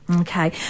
Okay